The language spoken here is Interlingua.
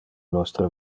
nostre